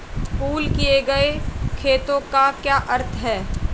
Pool किए गए खातों का क्या अर्थ है?